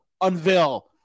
unveil